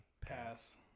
Pass